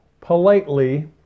politely